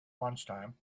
lunchtime